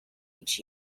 each